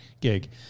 gig